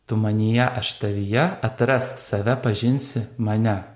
tu manyje aš tavyje atrask save pažinsi mane